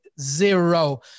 zero